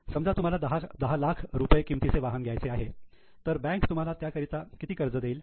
समजा तुम्हाला दहा लाख रुपये किमतीचे वाहन घ्यायचे आहे तर बँक तुम्हाला त्याकरिता किती कर्ज देईल